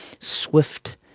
swift